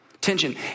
tension